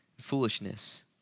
foolishness